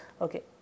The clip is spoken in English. Okay